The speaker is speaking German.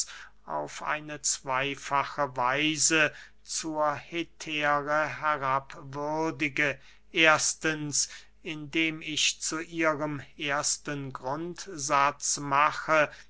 auf eine zweyfache weise zur hetäre herabwürdige erstens indem ich zu ihrem ersten grundsatz mache